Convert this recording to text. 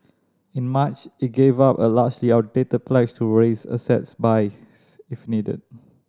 in March it gave up a largely outdated pledge to raise assets buy if needed